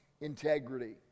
integrity